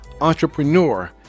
entrepreneur